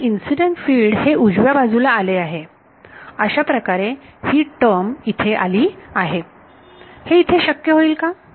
आणि incident field हे उजव्या बाजूला आले आहे अशाप्रकारे ही टर्म इथे आली आहे हे इथे शक्य होईल का